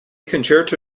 concerto